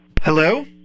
Hello